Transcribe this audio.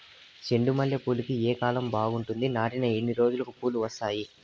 చెండు మల్లె పూలుకి ఏ కాలం బావుంటుంది? నాటిన ఎన్ని రోజులకు పూలు వస్తాయి?